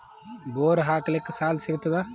Bore ಹಾಕಲಿಕ್ಕ ಸಾಲ ಸಿಗತದ?